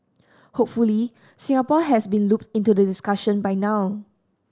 hopefully Singapore has been looped into the discussion by now